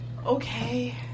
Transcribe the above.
okay